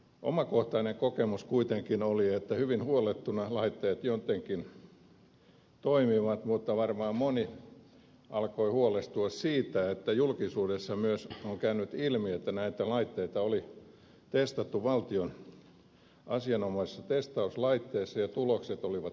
omakohtainen kokemus kuitenkin oli että hyvin huollettuna laitteet jotenkin toimivat mutta varmaan moni alkoi huolestua siitä että julkisuudessa on myös käynyt ilmi että näitä laitteita oli testattu valtion asianomaisessa testauslaitteessa ja tulokset olivat salaisia